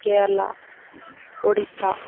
Kerala Orissa